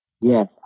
Yes